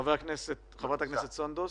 ח"כ סונדוס